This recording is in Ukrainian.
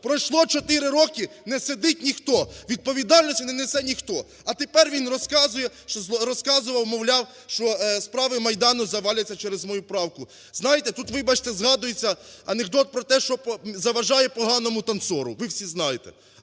пройшло 4 роки – не сидить ніхто. Відповідальності не несе ніхто. А тепер він розказує… розказував, мовляв, що справи Майдану заваляться через мою правку. Знаєте, тут, вибачте, згадується анекдот про те, що заважає поганомутанцору, ви всі знаєте.